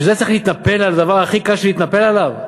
בשביל זה צריך להתנפל על הדבר שהכי קל להתנפל עליו?